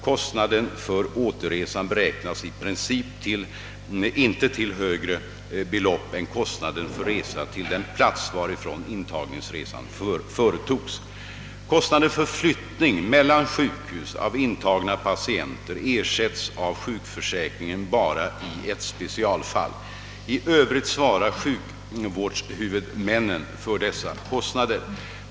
Kostnaden för återresan beräknas i princip inte till högre belopp än kostnaden för resa till den plats varifrån intagningsresan företogs. Kostnaden för flyttning mellan sjukhus av intagna patienter ersätts av sjukförsäkringen bara i ett specialfall. I övrigt svarar sjukvårdshuvudmännen för dessa kostnader.